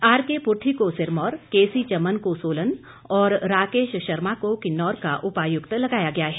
R K Purthi को Sirmaur K C Chaman को सोलन और राकेश शर्मा को किन्नौर का उपायुक्त लगाया गया है